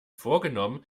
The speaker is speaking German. vorgenommen